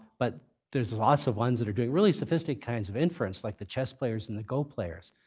but there's lots of ones that are doing really sophisticated kinds of inference like the chess players and the go players.